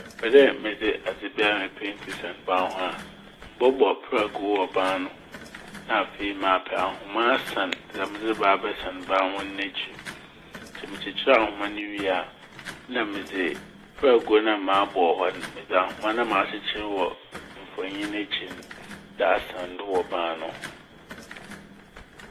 Sɛ mepɛ dɛ medze adze biara a "painting" san ban ho a. Mobɔbɔ prɛgow wɔ ban no ho na afei mapɛ ahoma asan dza medze reba abɛsan hɔ ban n' n'ekyir. Ntsi mekyekyer ahoma ne wie a na medze prɛgow na mabɔ wɔ hɔ n' medze ahoma na makyekyer wɔ mfonyin n'ekyir dza asan do wɔ ban no ho.